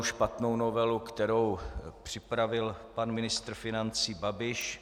Špatnou novelu, kterou připravil pan ministr financí Babiš.